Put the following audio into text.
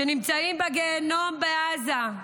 נמצאים בגיהינום בעזה.